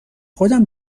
خودم